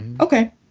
Okay